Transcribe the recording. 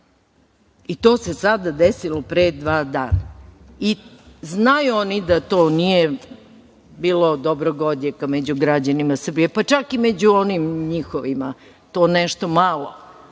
To se sada desilo pre dva dana. Znaju oni da to nije bilo dobrog odjeka među građanima Srbije, pa čak i među onim njihovima, to nešto malo,